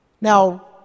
Now